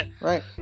Right